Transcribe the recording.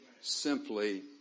Simply